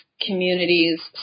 communities